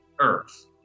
Earth